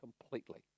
completely